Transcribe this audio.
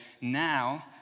now